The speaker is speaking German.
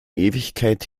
ewigkeit